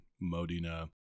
Modena